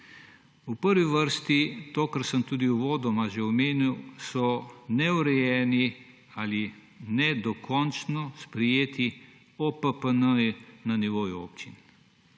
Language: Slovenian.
V prvi vrsti to, kar sem tudi uvodoma že omenil, so neurejeni ali nedokončno sprejeti OPPN na nivoju občin.